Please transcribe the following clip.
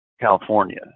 California